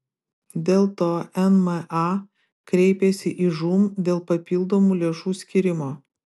dėl to nma kreipėsi į žūm dėl papildomų lėšų skyrimo